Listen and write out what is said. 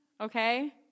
Okay